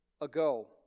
ago